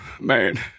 Man